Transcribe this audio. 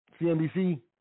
CNBC